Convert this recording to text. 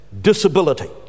disability